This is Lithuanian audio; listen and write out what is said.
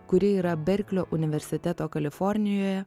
kuri yra berklio universiteto kalifornijoje